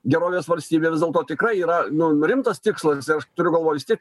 gerovės valstybė vis dėlto tikrai yra nu nu rimtas tikslas ir aš turiu galvoj vis tiek